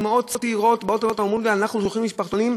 אימהות צעירות באות אלי ואומרות לי: אנחנו זוכרות משפחתונים,